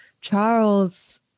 Charles